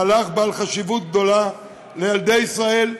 מהלך בעל חשיבות גדולה לילדי ישראל,